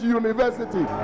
university